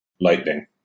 lightning